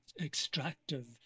extractive